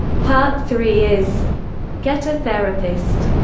part three is get a therapist.